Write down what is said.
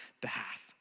behalf